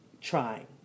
trying